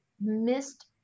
missed